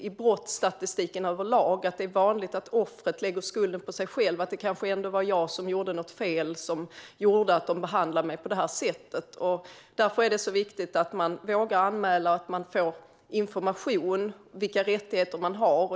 I brottsstatistiken överlag ser vi dock att det är vanligt att offret lägger skulden på sig själv: "Kanske var det ändå jag som gjorde något fel som gjorde att de behandlade mig på detta sätt." Därför är det viktigt att man vågar anmäla och att man får information om vilka rättigheter man har.